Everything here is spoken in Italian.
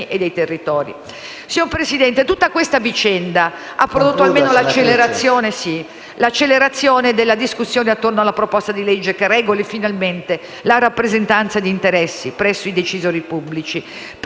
Signor Presidente, tutta questa vicenda, ha prodotto almeno l'accelerazione della discussione attorno alla proposta di legge che regoli finalmente la rappresentanza di interessi presso i decisori pubblici,